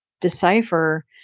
decipher